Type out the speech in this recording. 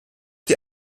die